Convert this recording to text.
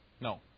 No